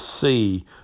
see